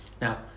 now